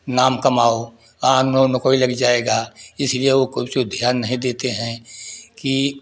नाम कमाओ नौकरी लग जाएगा इसलिए वो कुछ भी ध्यान नहीं देते हैं की